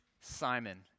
Simon